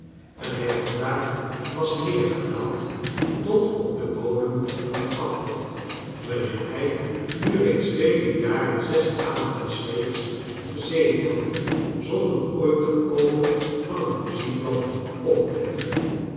en hij vandaax was neergedaald tot op den bodem van den afgrond waarin hij nu reeds vele jaren zes avonden s weeks gezeten had zonder ooit de oogen van het muziekblad op te heffen